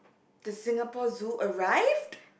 the Singapore Zoo arrived